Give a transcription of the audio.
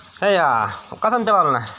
ᱦᱮᱸᱭᱟ ᱚᱠᱟᱥᱮᱫ ᱮᱢ ᱪᱟᱞᱟᱣ ᱞᱮᱱᱟ